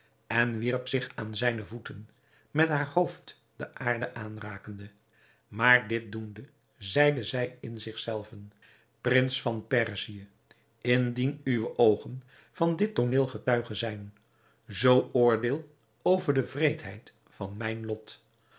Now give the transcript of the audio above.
en wierp zich aan zijne voeten met haar hoofd de aarde aanrakende maar dit doende zeide zij in zich zelven prins van perzië indien uwe oogen van dit tooneel getuige zijn zoo oordeel over de wreedheid van mijn lot